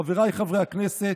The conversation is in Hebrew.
חבריי חברי הכנסת,